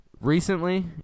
recently